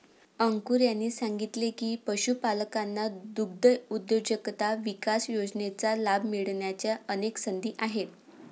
अंकुर यांनी सांगितले की, पशुपालकांना दुग्धउद्योजकता विकास योजनेचा लाभ मिळण्याच्या अनेक संधी आहेत